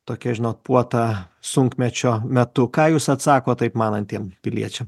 tokia žinot puota sunkmečio metu ką jūs atsakot taip manantiem piliečiam